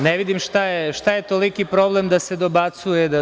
Ne vidim šta je toliki problem da se dobacuje.